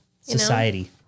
society